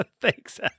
Thanks